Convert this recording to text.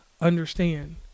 understand